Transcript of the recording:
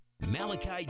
malachi